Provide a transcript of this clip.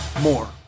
more